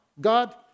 God